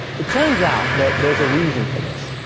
it turns out that there's a reason for this,